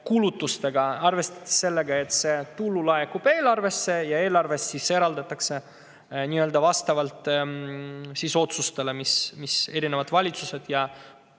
kulutustega, arvestades sellega, et see tulu laekub eelarvesse ja eelarvest eraldatakse [raha] vastavalt otsustele, mille erinevad valitsused ja